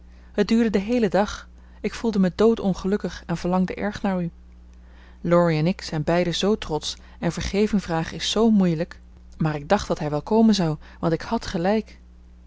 het duurde den heelen dag ik voelde mij doodongelukkig en verlangde erg naar u laurie en ik zijn beiden zoo trotsch en vergeving vragen is zoo moeielijk maar ik dacht dat hij wel komen zou want ik had gelijk